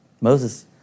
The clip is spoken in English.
Moses